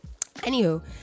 anywho